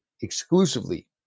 exclusively